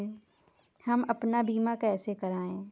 हम अपना बीमा कैसे कराए?